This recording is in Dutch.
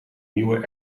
nieuwe